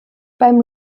beim